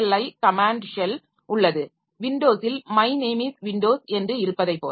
ஐ command shell உள்ளது வின்டோஸில் my name is windows என்று இருப்பதைப் போல